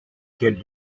kid